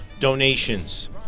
donations